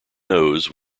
nose